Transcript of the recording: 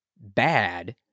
bad